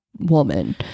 woman